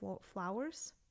flowers